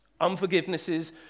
unforgivenesses